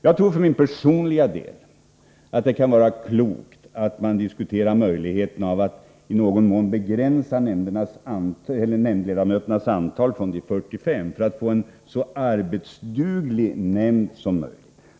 Jag tror för min personliga del att det kan vara klokt att diskutera möjligheterna att i någon mån begränsa nämndledamöternas antal, som alltså nu är 45, för att få en så arbetsduglig nämnd som möjligt.